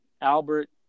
Albert